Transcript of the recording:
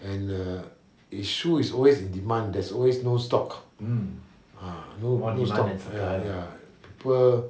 and uh his shoe is always in demand there's always no stock ah no stock people